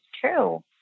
true